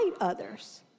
others